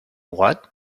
what